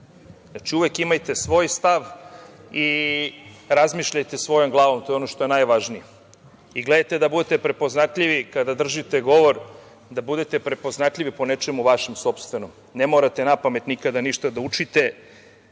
Znači, uvek imajte svoj stav i razmišljajte svojom glavom. To je ono što je najvažnije i gledajte da budete prepoznatljivi kada držite govor, da budete prepoznatljivi po nečemu vašem sopstvenom. Ne morate napamet nikada ništa da učite,